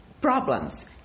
problems